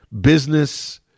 business